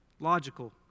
logical